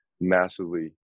massively